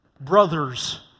Brothers